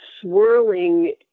swirling